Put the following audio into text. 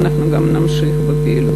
ואנחנו נמשיך בפעילות.